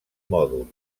mòduls